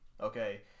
okay